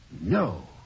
No